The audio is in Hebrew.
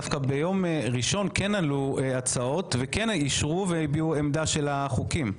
דווקא ביום ראשון כן עלו הצעות וכן אישרו והביעו עמדה של החוקים.